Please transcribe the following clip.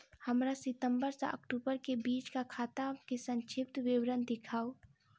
हमरा सितम्बर सँ अक्टूबर केँ बीचक खाता केँ संक्षिप्त विवरण देखाऊ?